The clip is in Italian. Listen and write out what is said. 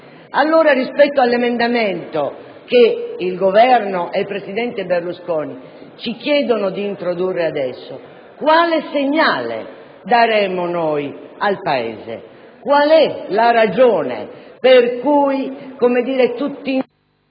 Paese. Rispetto all'emendamento che il Governo e il presidente Berlusconi ci chiedono adesso di introdurre, quale segnale daremo noi al Paese? Qual è la ragione per cui, per così dire, tutti...